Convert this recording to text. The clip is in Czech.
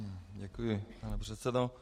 Děkuji, pane předsedo.